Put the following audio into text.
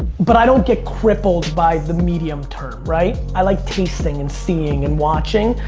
but i don't get crippled by the medium-term, right i like tasting and seeing and watching,